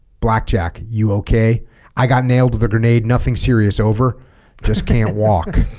blackjack you okay i got nailed with a grenade nothing serious over just can't walk